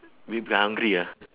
we'll be hungry ah